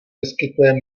vyskytuje